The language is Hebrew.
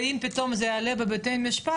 ואם פתאום זה יעלה בבתי משפט,